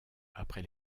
après